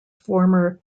former